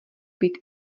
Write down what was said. být